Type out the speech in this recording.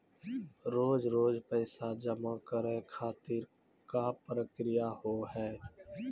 रोज रोज पैसा जमा करे खातिर का प्रक्रिया होव हेय?